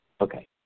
Okay